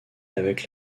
avec